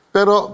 Pero